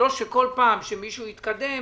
ולא שכל פעם שמישהו יתקדם,